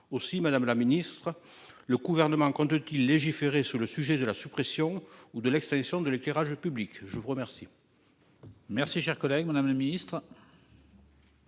aussi Madame la Ministre. Le gouvernement compte-t-il légiférer sur le sujet de la suppression ou de l'extinction de l'éclairage public. Je vous remercie. Merci cher collègue. Madame la Ministre.